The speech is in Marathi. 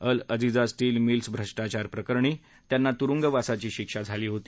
अल अझीजा स्टील मिल्स भ्रष्टाचार प्रकरणी त्यांना तुरुंगवासाची शिक्षा झाली होती